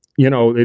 you know,